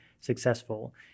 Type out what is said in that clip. successful